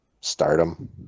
stardom